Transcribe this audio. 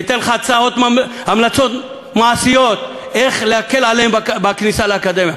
תיתן לך המלצות מעשיות איך להקל עליהם בכניסה לאקדמיה.